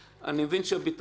ביטחון.